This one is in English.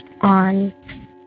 on